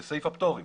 זה סעיף הפטורים